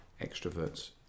extroverts